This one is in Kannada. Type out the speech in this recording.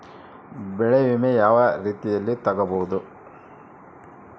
ಬೆಳೆ ವಿಮೆ ಯಾವ ರೇತಿಯಲ್ಲಿ ತಗಬಹುದು?